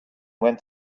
went